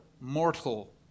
mortal